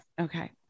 Okay